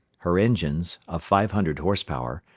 her engines, of five hundred horse-power,